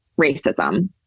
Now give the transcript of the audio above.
racism